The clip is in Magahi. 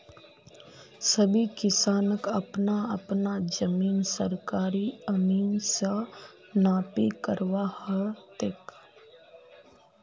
सभी किसानक अपना अपना जमीन सरकारी अमीन स नापी करवा ह तेक